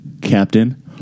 Captain